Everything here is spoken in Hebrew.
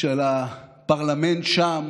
כשבפרלמנט שם